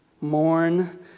mourn